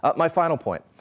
ah my final point,